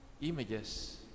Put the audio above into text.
Images